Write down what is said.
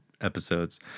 episodes